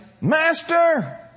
Master